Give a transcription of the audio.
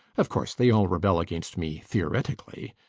of course they all rebel against me, theoretically.